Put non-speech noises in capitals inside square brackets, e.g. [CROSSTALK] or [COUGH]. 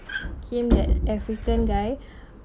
keen that african guy [BREATH]